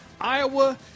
Iowa